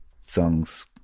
songs